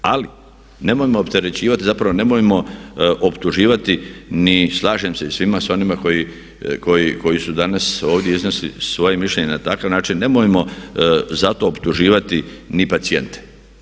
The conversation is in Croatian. Ali nemojmo opterećivati, zapravo nemojmo optuživati ni, slažem se i sa svima onima koji su danas ovdje iznosili svoje mišljenje na takav način, nemojmo za to optuživati ni pacijente.